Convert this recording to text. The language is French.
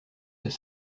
ces